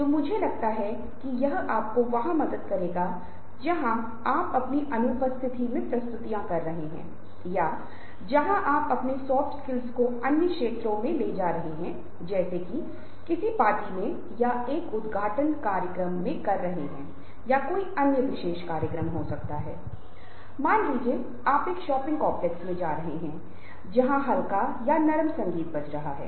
जैसा कि आप इस व्याख्यान के साथ आगे बड़े कृपया चर्चा मंच का ध्यान रखें और साथ ही स्लाइड जो हमने प्रदान की है जिसमें कई लिंक होंगे सर्वेक्षण होंगे गतिविधियाँ होंगी और साथ ही कुछ संदर्भ सामग्री भी होगी और अगर आप इसका उपयोग करते हैं तो शायद हम इस विशेष विषय के साथ न्याय कर पाएंगे